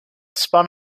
spun